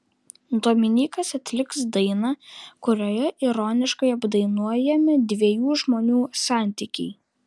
dominykas atliks dainą kurioje ironiškai apdainuojami dviejų žmonių santykiai